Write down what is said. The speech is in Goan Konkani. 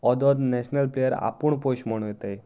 ऑदोद नॅशनल प्लेयर आपूण पयशे मोडून वयताय